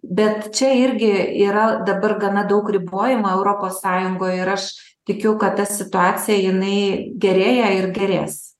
bet čia irgi yra dabar gana daug ribojimų europos sąjungoj ir aš tikiu kad ta situacija jinai gerėja ir gerės